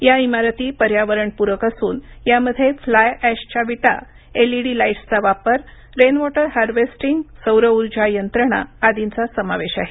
या इमारती पर्यावरणपूरक असून यामध्ये फ्लाय अॅशच्या विटा एल ईडी लाईटसचा वापर रेनवॉटर हार्वेस्टिंग सौर ऊर्जा यंत्रणा आदींचा समावेश आहे